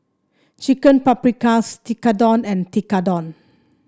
Chicken Paprikas Tekkadon and Tekkadon